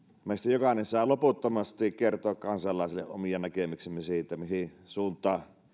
sai loputtomasti kertoa kansalaisille omia näkemyksiämme siitä mihin suuntaan